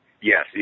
Yes